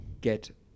get